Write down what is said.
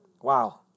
Wow